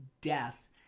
death